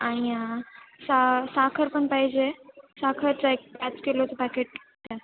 आणि सा साखर पण पाहिजे साखरचा एक पाच किलोचं पॅकेट द्या